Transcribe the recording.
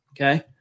okay